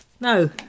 No